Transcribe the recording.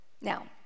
Now